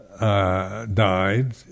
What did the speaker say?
died